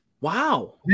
Wow